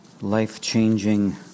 life-changing